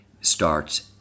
starts